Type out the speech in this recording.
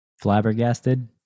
flabbergasted